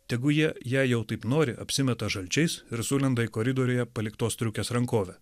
tegu jie jei jau taip nori apsimeta žalčiais ir sulenda į koridoriuje paliktos striukės rankovę